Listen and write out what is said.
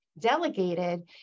delegated